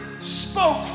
Spoke